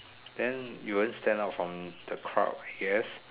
then you won't stand out from the crowd yes